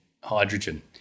hydrogen